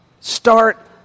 Start